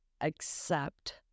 accept